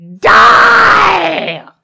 Die